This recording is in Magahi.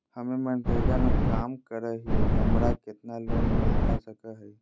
हमे मनरेगा में काम करे हियई, हमरा के कितना लोन मिलता सके हई?